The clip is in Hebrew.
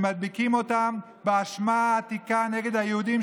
שמדביקים להם את האשמה העתיקה נגד היהודים,